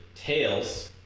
Tails